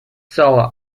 solo